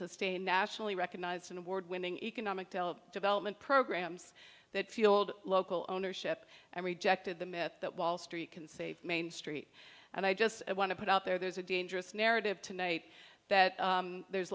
sustain nationally recognized and award winning economic development programs that fueled local ownership and rejected the myth that wall street can save main street and i just want to put out there there's a dangerous narrative tonight that there's